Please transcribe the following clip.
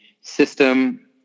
system